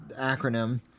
acronym